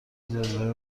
زمزمه